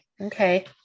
Okay